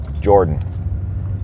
Jordan